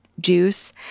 juice